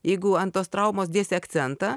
jeigu ant tos traumos dėsi akcentą